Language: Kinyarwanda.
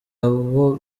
aho